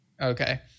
Okay